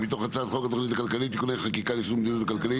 מתוך הצעת חוק התוכנית הכלכלית (תיקוני חקיקה ליישום המדיניות הכלכלית).